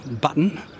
button